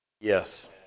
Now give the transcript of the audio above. Yes